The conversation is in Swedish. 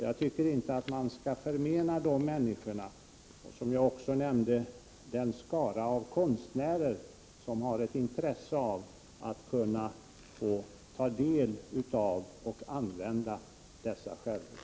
Jag anser inte att man skall förmena de människorna, liksom den skara av konstnärer som jag också nämnde som har ett intresse att använda dessa skärvor.